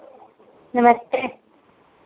नमस्ते